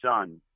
son